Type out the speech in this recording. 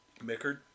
mickard